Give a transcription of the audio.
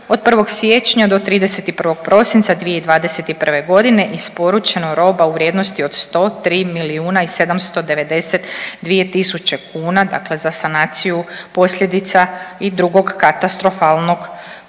od 1. siječnja do 31. prosinca 2021. godine isporučeno roba u vrijednosti od 103 milijuna i 792 000 kuna, dakle za sanaciju posljedica i drugog katastrofalnog potresa.